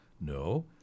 No